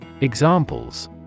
Examples